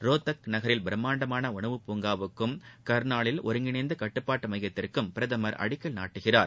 ரோத்தக் நகரில் பிரம்மாண்டமான உணவுப் பூங்காவுக்கும் கர்னாலில் ஒருங்கிணைந்த கட்டுப்பாட்டு மையத்திற்கும் பிரதமர் அடிக்கல் நாட்டுகிறார்